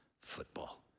football